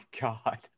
God